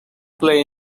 play